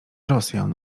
rosjan